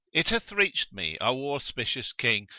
it hath reached me, o auspicious king,